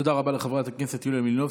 תודה רבה לחברת הכנסת יוליה מלינובסקי.